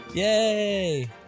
Yay